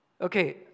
Okay